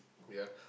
yeah